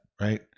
Right